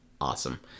Awesome